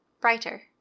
Brighter